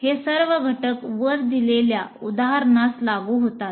हे सर्व घटक वर दिलेल्या उदाहरणास लागू होतात